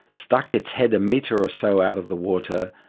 stuck its head a metre or so out of the water,